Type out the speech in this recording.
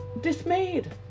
dismayed